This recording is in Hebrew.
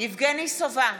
יבגני סובה,